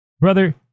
Brother